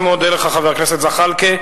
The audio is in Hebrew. אני מודה לך, חבר הכנסת זחאלקה.